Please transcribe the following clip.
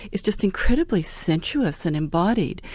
it's just incredibly sensuous and embodied,